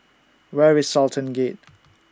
Where IS Sultan Gate